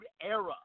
Era